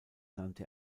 nannte